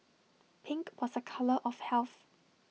pink was A colour of health